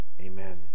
Amen